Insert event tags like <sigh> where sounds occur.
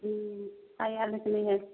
ji I have a <unintelligible>